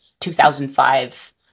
2005